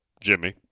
Jimmy